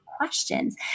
questions